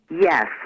Yes